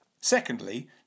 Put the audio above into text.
Secondly